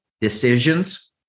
decisions